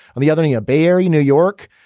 and the other thing, a bay area, new york,